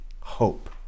Hope